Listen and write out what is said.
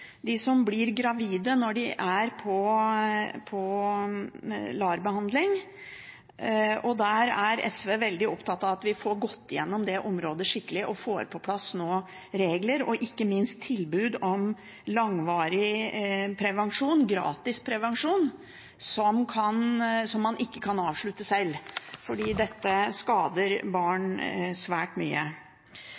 de som blir gravide når de er på LAR-behandling. SV er veldig opptatt av at vi får gått igjennom det området skikkelig, og nå får på plass regler og ikke minst tilbud om langvarig prevensjon, gratis prevensjon, som man ikke kan avslutte selv, for dette skader barn